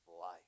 life